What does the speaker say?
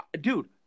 dude